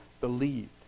believed